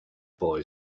boy